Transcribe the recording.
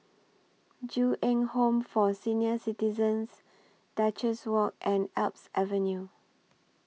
Ju Eng Home For Senior Citizens Duchess Walk and Alps Avenue